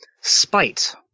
Spite